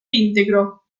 integro